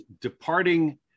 departing